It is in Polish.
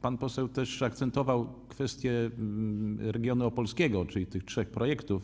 Pan poseł też akcentował kwestię regionu opolskiego, czyli tych trzech projektów.